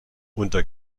unter